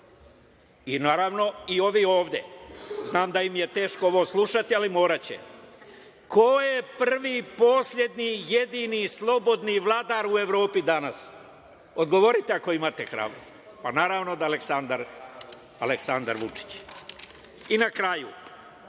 a naravno i ovi ovde. Znam da im je teško ovo slušati, ali moraće - ko je prvi, poslednji, jedini slobodni vladar u Evropi danas? Odgovorite, ako imate hrabrosti. Naravno da je Aleksandar Vučić. Na kraju,